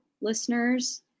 listeners